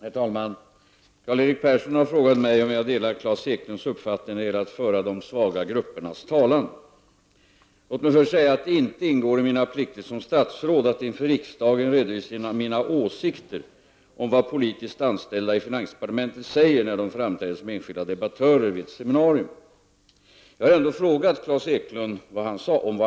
Herr talman! Karl-Erik Persson har frågat mig om jag delar Klas Eklunds uppfattning när det gäller att föra de svaga gruppernas talan. Låt mig säga att det inte ingår i mina plikter som statsråd att inför riksdagen redovisa mina åsikter om vad politiskt anställda i finansdepartementet säger när de framträder som enskilda debattörer i ett seminarium. Jag har ändå frågat Klas Eklund om vad han sade.